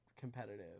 competitive